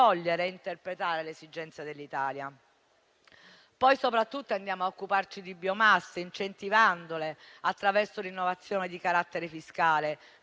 interpretare le esigenze dell'Italia. E, soprattutto, andiamo a occuparci di biomasse, incentivandole attraverso l'innovazione di carattere fiscale;